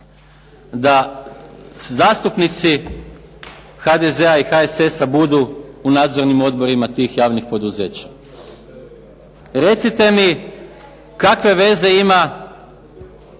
da zastupnici HDZ-a i HSS-a budu u nadzornim odborima tih javnih poduzeća. Recite mi kakve veze ima